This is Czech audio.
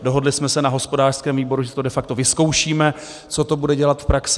Dohodli jsme se na hospodářském výboru, že si to de facto vyzkoušíme, co to bude dělat v praxi.